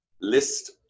list